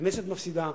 הכנסת מפסידה,